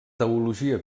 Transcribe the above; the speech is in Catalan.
teologia